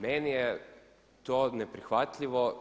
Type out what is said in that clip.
Meni je to neprihvatljivo.